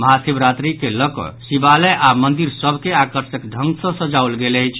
महाशिवरात्रि के लऽ कऽ शिवालय आओर मंदिर सभ के आकर्षक ढ़ग सँ सजाओल गेल अछि